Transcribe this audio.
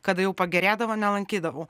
kada jau pagerėdavo nelankydavau